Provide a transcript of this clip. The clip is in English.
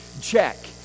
check